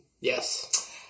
Yes